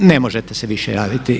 Ne možete se više javiti.